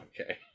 okay